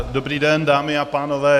Dobrý den, dámy a pánové.